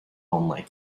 only